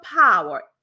power